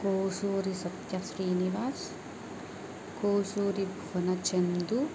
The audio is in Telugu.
కోసూరి సత్య శ్రీనివాస్ కోసూరి భువన చందు